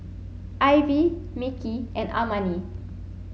Ivie Mickie and Amani